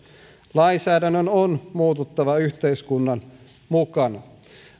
lainsäädännön on muututtava yhteiskunnan mukana